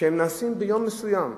שהן נעשות ביום מסוים.